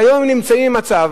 כיום נמצאים במצב,